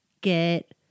get